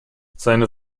seine